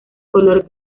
color